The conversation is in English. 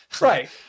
Right